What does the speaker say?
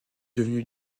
devenu